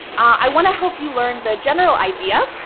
i want to help you learn the general idea.